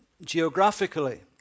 geographically